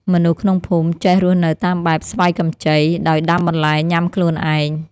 មនុស្សក្នុងភូមិចេះរស់នៅតាមបែប "ស្វ័យកម្ចី" ដោយដាំបន្លែញ៉ាំខ្លួនឯង។